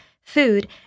food